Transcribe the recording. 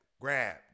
grab